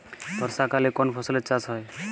বর্ষাকালে কোন ফসলের চাষ হয়?